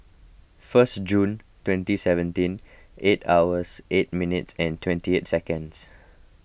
first June twenty seventeen eight hours eight minutes and twenty eight seconds